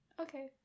Okay